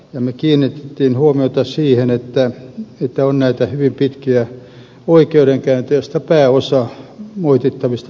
me kiinnitimme huomiota siihen että on näitä hyvin pitkiä oikeudenkäyntejä joista pääosa moitittavista tuomioista tulee